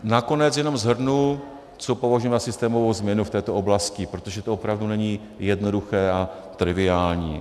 Nakonec jenom shrnu, co považujeme za systémovou změnu v této oblasti, protože to opravdu není jednoduché a triviální.